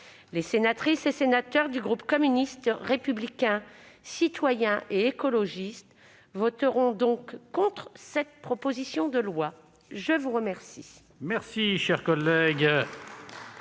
Les sénatrices et les sénateurs du groupe communiste républicain citoyen et écologiste voteront contre cette proposition de loi. La parole